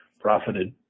profited